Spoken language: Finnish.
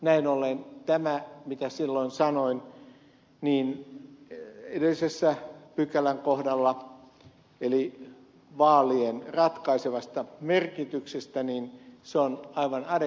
näin ollen tämä mitä silloin sanoin edellisen pykälän kohdalla vaalien ratkaisevasta merkityksestä on aivan adekvaatti tilanne